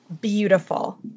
Beautiful